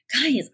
guys